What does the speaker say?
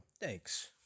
Thanks